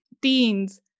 teens